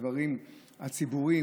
בדברים הציבוריים.